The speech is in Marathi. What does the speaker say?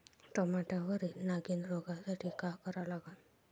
टमाट्यावरील नागीण रोगसाठी काय करा लागन?